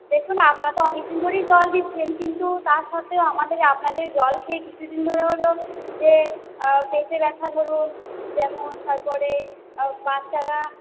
দেখুন আপনারা তো অনেক দিন ধরেই জল দিচ্ছেন কিন্তু তা সত্ত্বেও আমাদের আপনাদের জল খেয়ে কিছুদিন ধরে হলো যে পেটে ব্যথা ধরুন যেমন তারপরে বাচ্চারা